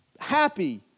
Happy